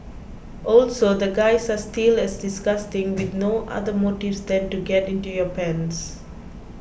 also the guys are still as disgusting with no other motives than to get in your pants